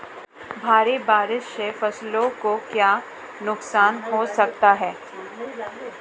भारी बारिश से फसलों को क्या नुकसान हो सकता है?